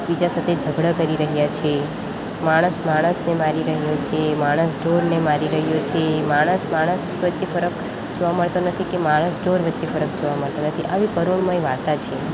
એકબીજા સાથે ઝઘડા કરી રહ્યા છે માણસ માણસને મારી રહ્યા છે માણસ ઢોરને મારી રહ્યું છે માણસ માણસ વચ્ચે ફરક જોવા મળતો નથી કે માણસ ઢોર વચ્ચે ફરક જોવા મળતો નથી આવી કરુણમય વાર્તા છે